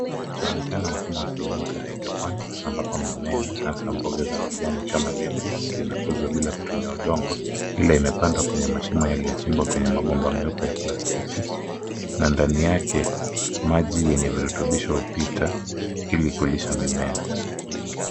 Chaonekana mfumo wa kilimo cha hydroponics ambapo mimea haswa mboga za majani kama lettuce inakuzwa bila kutumia udongo ila imepandwa kwenye mashimo yaliyochimbwa kwenye mabomba meupe ya plastiki na ndani yake maji yenye virutubisho hupita ili kulisha mimea.